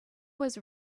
was